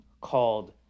called